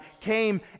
came